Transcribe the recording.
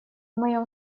моем